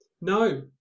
No